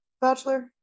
bachelor